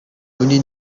үүний